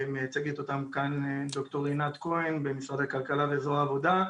מייצגת אותם כאן ד"ר רינת כהן במשרד הכלכלה וזרוע העבודה.